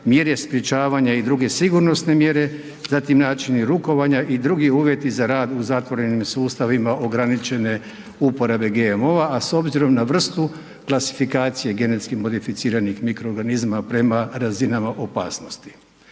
mjere sprječavanja i druge sigurnosne mjere, zatim načini rukovanja i drugi uvjeti za rad u zatvorenim sustavima ograničene uporabe GMO-a, a s obzirom na vrstu klasifikacije genetski modificiranih mikroorganizama prema razinama opasnosti.